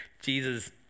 Jesus